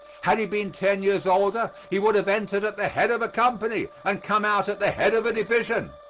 had he been ten years older he would have entered at the head of a company and come out at the head of a division.